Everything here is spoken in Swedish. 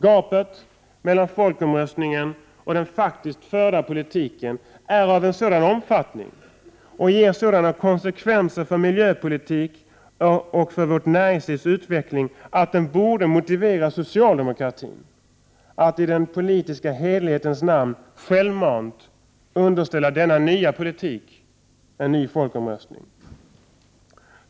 Gapet mellan folkomröstningen och den faktiskt förda politiken är av en sådan omfattning och ger sådana konsekvenser för miljöpolitik och för vårt näringslivs utveckling att den borde motivera socialdemokratin att i den politiska hederlighetens namn självmant underställa denna nya politik en ny folkomröstning. Herr talman!